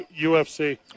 UFC